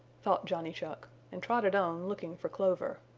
thought johnny chuck, and trotted on looking for clover.